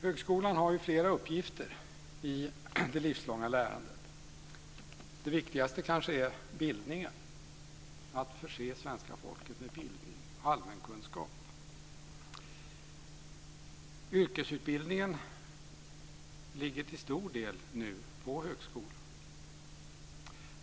Högskolan har flera uppgifter i det livslånga lärandet. Den viktigaste är kanske bildningen - att förse svenska folket med bildning, allmänkunskap. Yrkesutbildningen ligger nu till stor del på högskolan.